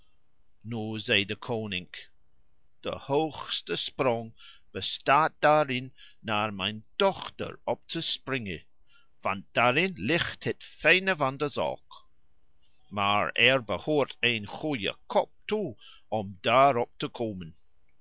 koning de hoogste sprong bestaat daarin naar mijn dochter op te springen want daarin ligt het fijne van de zaak maar er behoort een goede kop toe om daar op te komen